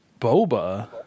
Boba